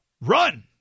run